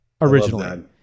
originally